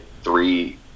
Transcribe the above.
three